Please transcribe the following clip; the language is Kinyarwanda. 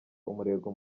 umurego